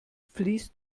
fließt